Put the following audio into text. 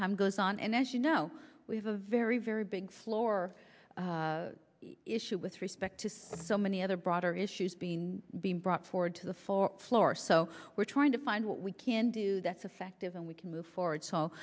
time goes on and as you know we have a very very big floor issue with respect to so many other broader issues being being brought forward to the fore floor so we're trying to find what we can do that's effective and we can move forward